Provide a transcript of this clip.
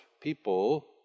people